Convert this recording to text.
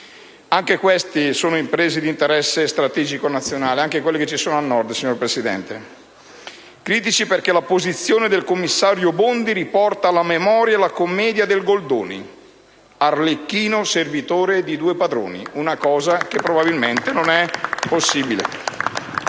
del Nord sono imprese di interesse strategico nazionale, signor Presidente. Siamo critici, perché la posizione del commissario Bondi riporta alla memoria la commedia del Goldoni «Arlecchino servitore di due padroni»: una cosa che probabilmente non è possibile.